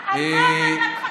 פרלמנטרית.